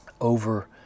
over